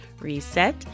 reset